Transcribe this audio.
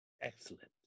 Excellent